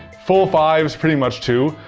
full fives, pretty much too.